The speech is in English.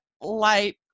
light